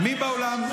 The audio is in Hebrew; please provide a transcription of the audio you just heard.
מי באולם?